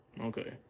Okay